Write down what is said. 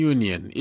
Union